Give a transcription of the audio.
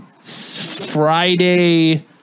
Friday